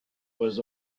was